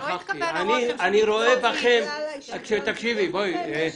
שלא יתקבל הרושם שמקצועית --- אני שמח